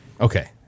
Okay